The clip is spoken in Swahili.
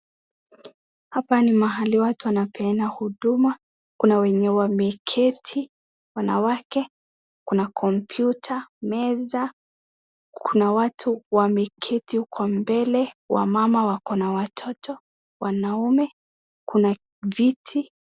Hapa ni mahali watu wanapeana huduma, kuna wenye wameketi, wanawake, kuna komputa ,meza kuna watu wameketi huko mbele wamama wako na watoto ,wanaume ,kuna viti.